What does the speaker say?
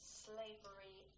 slavery